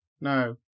no